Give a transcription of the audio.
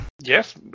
Yes